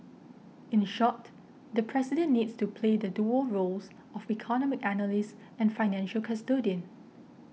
in short the President needs to play the dual roles of economic analyst and financial custodian